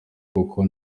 kuko